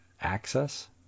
access